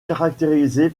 caractérisé